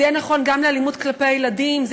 זה יהיה נכון גם לאלימות כלפי ילדים,